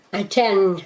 attend